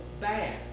bad